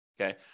Okay